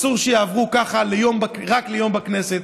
אסור שיעברו ככה רק ליום בכנסת,